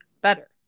better